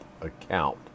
account